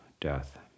death